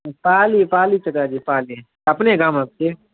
पाली पाली चचाजी पाली अपने गामक छियै